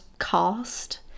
cast